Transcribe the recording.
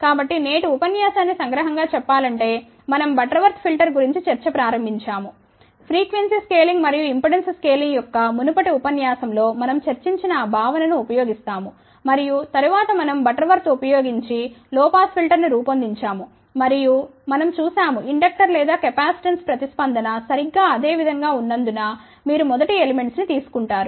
కాబట్టి నేటి ఉపన్యాసాన్ని సంగ్రహం గా చెప్పాలంటే మనం బటర్వర్త్ ఫిల్టర్ గురించి చర్చ ప్రారంభించాము ఫ్రీక్వెన్సీ స్కేలింగ్ మరియు ఇంపెడెన్స్ స్కేలింగ్ యొక్క మునుపటి ఉపన్యాసం లో మనం చర్చించిన ఆ భావనను ఉపయోగిస్తాము మరియు తరువాత మనం బటర్వర్త్ ఉపయోగించి లో పాస్ ఫిల్టర్ను రూపొందించాము మరియు మనం చూశాము ఇండక్టర్ లేదా కెపాసిటెన్స్ ప్రతిస్పందన సరిగ్గా అదే విధంగా ఉన్నందున మీరు మొదటి ఎలిమెంట్స్ ని తీసు కుంటారు